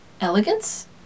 elegance